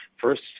first